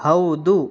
ಹೌದು